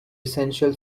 essential